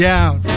out